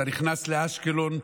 אתה נכנס לאשקלון,